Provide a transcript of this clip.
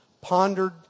pondered